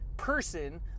person